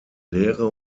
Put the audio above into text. lehre